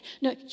No